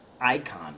icon